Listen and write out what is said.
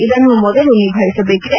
ಇದನ್ನು ಮೊದಲು ನಿಭಾಯಿಸಬೇಕಿದೆ